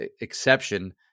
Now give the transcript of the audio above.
exception